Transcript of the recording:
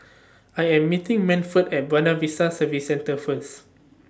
I Am meeting Manford At Buona Vista Service Centre First